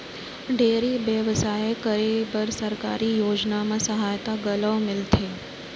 dairy बेवसाय करे बर सरकारी योजना म सहायता घलौ मिलथे